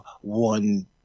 one